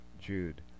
Jude